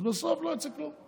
אז בסוף לא יוצא כלום.